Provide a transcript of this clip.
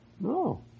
No